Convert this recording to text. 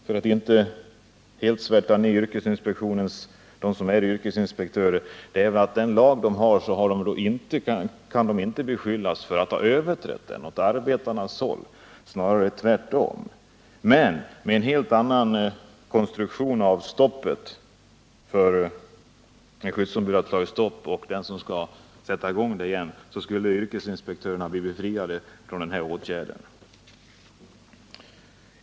För att inte helt svärta ner yrkesinspektörerna kan man ju säga att de inte kan beskyllas för att ha överträtt lagen åt arbetarnas håll, snarare tvärtom. Men med en annan konstruktion av reglerna för att stoppa och sätta i gång verksamheten kunde yrkesinspektörerna bli befriade från befattning med denna åtgärd.